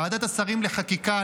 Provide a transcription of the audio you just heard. ועדת השרים לחקיקה,